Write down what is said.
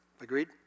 Agreed